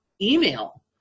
email